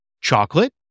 chocolate